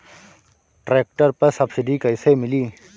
Tractor पर subsidy कैसे मिली?